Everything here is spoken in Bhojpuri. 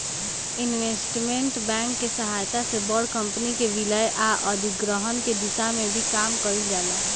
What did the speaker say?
इन्वेस्टमेंट बैंक के सहायता से बड़ कंपनी के विलय आ अधिग्रहण के दिशा में भी काम कईल जाता